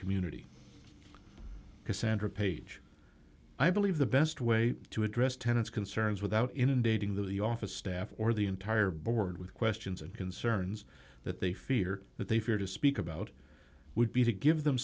community cassandra paige i believe the best way to address tenet's concerns without inundating the office staff or the entire board with questions and concerns that they fear that they fear to speak about would be to give them